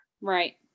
Right